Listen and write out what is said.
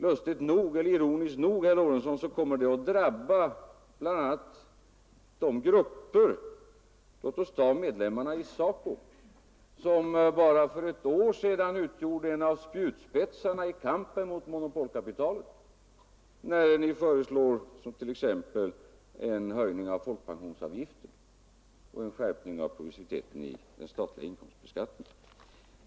Ironiskt nog, herr Lorentzon, kommer de höjningarna att drabba bl.a. de grupper — låt oss ta medlemmarna i SACO — som bara för ett år sedan utgjorde en av spjutspetsarna i kampen mot monopolkapitalet. Ni föreslår ju t.ex. en höjning av folkpensionsavgiften och en skärpning av progressiviteten i den statliga inkomstbeskattningen.